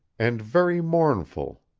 and very mournful,